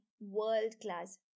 world-class